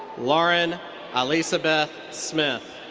lauren alszabeth smith.